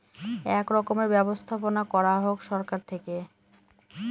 এক রকমের ব্যবস্থাপনা করা হোক সরকার থেকে